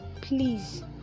please